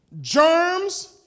germs